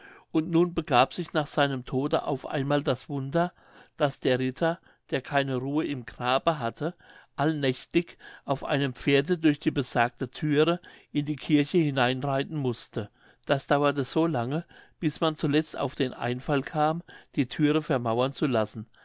und nun begab sich nach seinem tode auf einmal das wunder daß der ritter der keine ruhe im grabe hatte allnächtig auf einem pferde durch die besagte thüre in die kirche hineinreiten mußte das dauerte so lange bis man zuletzt auf den einfall kam die thüre vermauern zu lassen